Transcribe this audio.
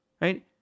Right